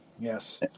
Yes